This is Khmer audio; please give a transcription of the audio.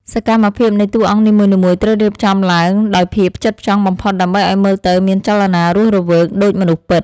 សកម្មភាពនៃតួអង្គនីមួយៗត្រូវរៀបចំឡើងដោយភាពផ្ចិតផ្ចង់បំផុតដើម្បីឱ្យមើលទៅមានចលនារស់រវើក ដូចមនុស្សពិត។